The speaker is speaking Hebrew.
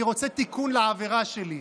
אני רוצה תיקון לעבירה שלי.